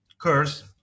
curse